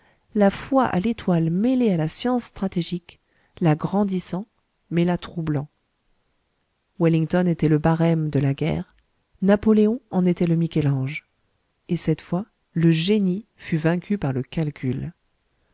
la foi à l'étoile mêlée à la science stratégique la grandissant mais la troublant wellington était le barème de la guerre napoléon en était le michel-ange et cette fois le génie fut vaincu par le calcul